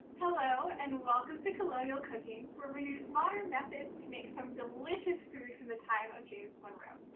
hello and welcome to colonial cooking where we use modern methods to make some delicious food from the time of james monroe.